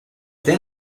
then